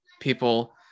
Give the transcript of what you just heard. people